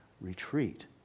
Retreat